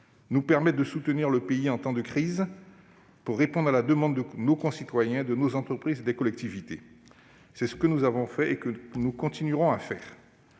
nous permette de soutenir le pays en temps de crise en répondant à la demande de nos concitoyens, de nos entreprises et des collectivités. C'est ce que nous avons fait et que nous continuerons à faire.